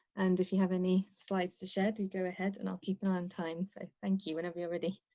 and if you have any slides to share, do you go ahead and i'll keep on time. so thank you whenever you're ready.